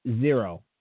zero